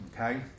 Okay